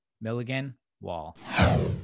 Milligan-Wall